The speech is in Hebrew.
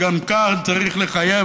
וגם כאן צריך לחייב,